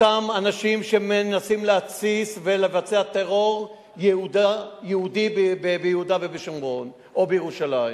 אותם אנשים שמנסים להתסיס ולבצע טרור יהודי ביהודה ובשומרון ובירושלים.